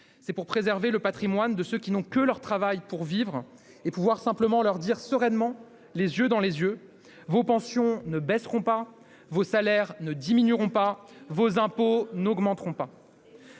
c'est préserver le patrimoine de ceux qui n'ont que leur travail pour vivre et pouvoir leur dire, sereinement, les yeux dans les yeux : vos pensions ne baisseront pas, vos salaires ne diminueront pas, ... Ils n'augmenteront pas